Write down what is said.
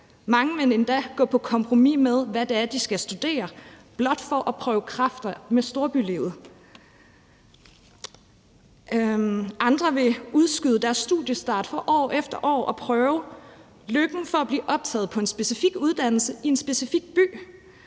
Mange vil endda gå på kompromis med, hvad det er, de skal studere, blot for at prøve kræfter med storbylivet. Andre vil udskyde deres studiestart for år efter år at prøve lykken for at blive optaget på en specifik uddannelse i en specifik by,